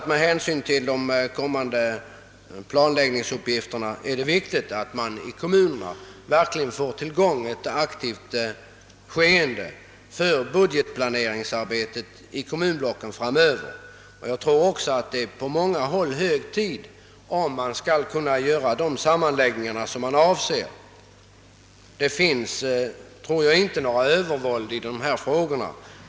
Med hänsyn till de kommande planläggningsuppgifterna är det viktigt att man i kommunerna verkligen får i gång ett aktivt skeende för budgetarbetet framöver. Jag tror också att det på många håll är hög tid härmed, om man skall kunna göra de sammanläggningar man avser. Jag anser inte att någon kommun blir utsatt för övervåld i detta sammanhang.